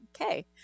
okay